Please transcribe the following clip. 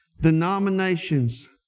denominations